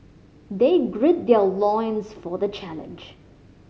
they gird their loins for the challenge